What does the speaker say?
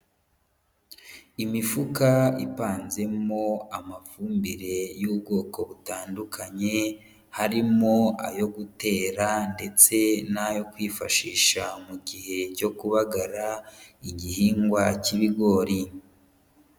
Imifuka ipanzemo amafumbire y'ubwoko butandukanye, harimo ayo gutera ndetse n'ayo kwifashisha mu gihe cyo kubagara igihingwa cy'ibigori.